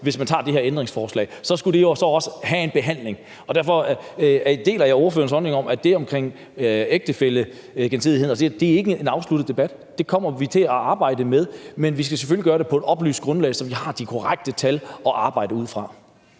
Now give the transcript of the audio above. hvis man vedtager de her ændringsforslag; så skulle de jo også have en behandling. Derfor deler jeg ordførerens holdning om, at det om ægtefællegensidigheden ikke er en afsluttet debat; det kommer vi til at arbejde med, men vi skal selvfølgelig gøre det på et oplyst grundlag, så vi har de korrekte tal at arbejde ud fra.